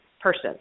person